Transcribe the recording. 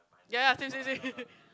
ya ya same same same